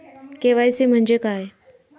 KYC म्हणजे काय?